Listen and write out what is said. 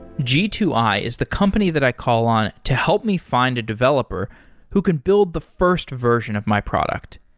g two i is the company that i call on to help me find a developer who can build the first version of my product.